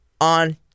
on